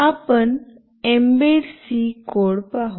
आपण embed C code पाहू